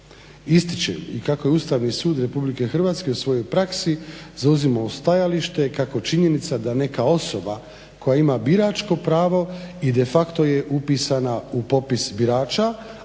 Ističem i kako je Ustavni sud RH u svojoj praksi zauzimao stajalište kako činjenica da neka osoba koja ima biračko pravo i de facto je upisana u popis birača